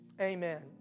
Amen